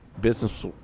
business